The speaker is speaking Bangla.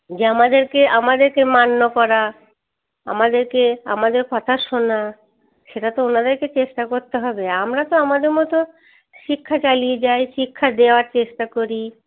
যে আমাদেরকে আমাদেরকে মান্য করা আমাদেরকে আমাদের কথা শোনা সেটা তো ওনাদেরকে চেষ্টা করতে হবে আমরা তো আমাদের মতো শিক্ষা চালিয়ে যাই শিক্ষা দেওয়ার চেষ্টা করি